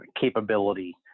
capability